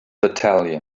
battalion